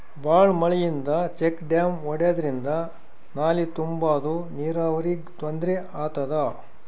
ಭಾಳ್ ಮಳಿಯಿಂದ check dam ಒಡ್ಯಾದ್ರಿಂದ ನಾಲಿ ತುಂಬಾದು ನೀರಾವರಿಗ್ ತೊಂದ್ರೆ ಆತದ